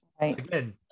again